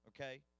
Okay